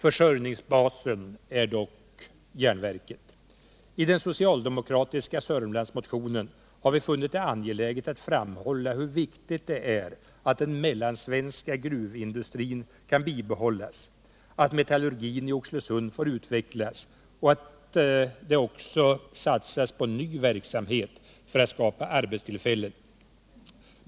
Försörjningsbasen är dock järnverket. I den socialdemokratiska Sörmlandsmotionen har vi funnit det angeläget att framhålla hur viktigt det är att den mellansvenska gruvindustrin kan bibehållas, att metallurgin i Oxelösund får utvecklas och att det också satsas på ny verksamhet för att skapa arbetstillfällen.